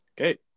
Okay